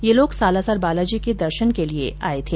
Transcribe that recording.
ये लोग सालासर बालाजी के दर्शन के लिए आए थे